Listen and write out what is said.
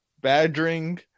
badgering